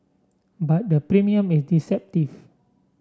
but the premium is deceptive